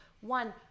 one